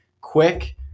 quick